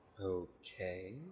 okay